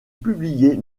publiées